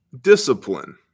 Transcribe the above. Discipline